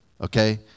Okay